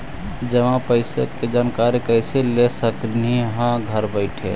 जमा पैसे के जानकारी कैसे ले सकली हे घर बैठे?